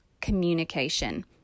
communication